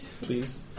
Please